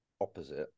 opposite